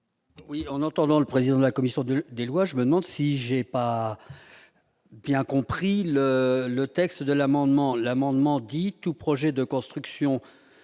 Oui, en entendant le président de la commission de des lois, je me demande si j'ai pas bien compris le le texte de l'amendement, l'amendement dit tout projet de construction